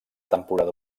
temporada